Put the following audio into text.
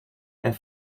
and